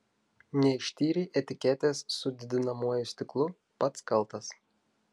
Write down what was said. neištyrei etiketės su didinamuoju stiklu pats kaltas